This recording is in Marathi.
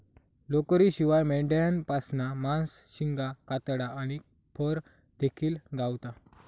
लोकरीशिवाय मेंढ्यांपासना मांस, शिंगा, कातडा आणि फर देखिल गावता